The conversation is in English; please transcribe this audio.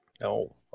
No